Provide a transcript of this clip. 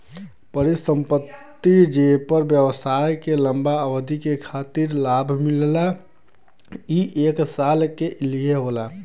परिसंपत्ति जेपर व्यवसाय के लंबा अवधि के खातिर लाभ मिलला ई एक साल के लिये होला